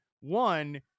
one